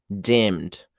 dimmed